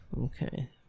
Okay